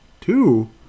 Two